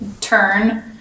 turn